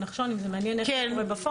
לשמוע.